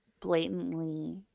blatantly